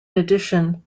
addition